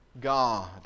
God